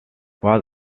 was